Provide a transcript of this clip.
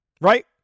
right